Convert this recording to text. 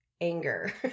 anger